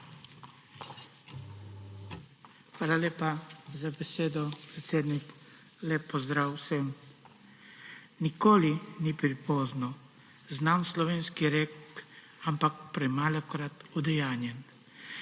Hvala lepa za besedo, predsednik. Lep pozdrav vsem! Nikoli ni prepozno. Znan slovenski rek, ampak premalokrat je udejanjen.